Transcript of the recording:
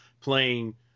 playing